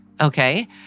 Okay